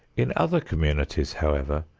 in other communities, however,